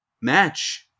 match